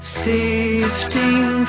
sifting